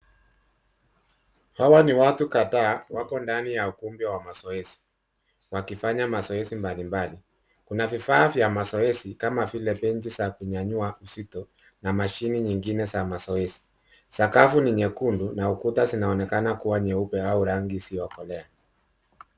Hawa ni watu kadhaa wako ndani ya ukumbi ya mazoezi, wakifanya mazoezi mbalimbali. Kuna vifaa vya mazoezi kama vile benchi za kunyanyua uzito na mashini nyingine za mazoezi. Sakafu ni nyekundu na ukuta zinaonekana kuwa nyeupe au rangi isiyokolea.